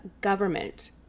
government